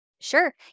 Sure